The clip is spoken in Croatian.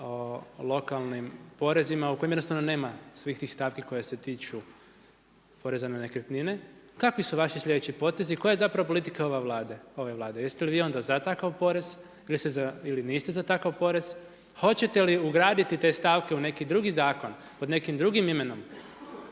o lokalnim porezima u kojem jednostavno nema svih tih stavki koje se tiču poreza na nekretnine, kakvi su vaši sljedeći potezi, koja je politika ove Vlade. Jeste li vi onda za takav porez ili niste za takav porez? Hoćete li ugraditi te stavke u neki drugi zakon, pod nekim drugim imenom,